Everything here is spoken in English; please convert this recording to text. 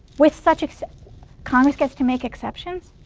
with such except congress gets to make exceptions.